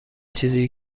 چیزیه